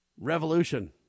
revolution